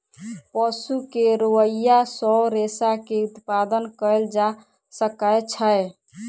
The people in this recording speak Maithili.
पशु के रोईँयाँ सॅ रेशा के उत्पादन कयल जा सकै छै